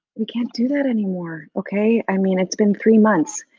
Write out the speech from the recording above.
we can't do that anymore. okay, i mean it's been three months,